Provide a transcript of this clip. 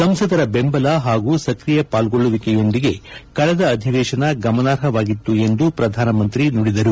ಸಂಸದರ ಬೆಂಬಲ ಹಾಗೂ ಸಕ್ರಿಯ ಪಾಲ್ಗೊಳ್ಳುವಿಕೆಯೊಂದಿಗೆ ಕಳೆದ ಅಧಿವೇತನ ಗಮನಾರ್ಹವಾಗಿತ್ತು ಎಂದು ಪ್ರಧಾನ ಮಂತ್ರಿ ನುಡಿದರು